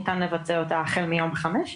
ניתן לבצע אותה החל מיום 5,